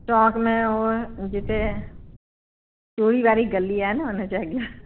चौक में उहो जिते चूड़ी वारी गली आहे न उन जे अॻियां